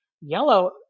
Yellow